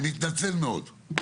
אני מתנצל מאוד.